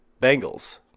Bengals